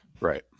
Right